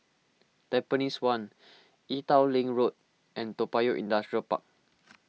Tampines one Ee Teow Leng Road and Toa Payoh Industrial Park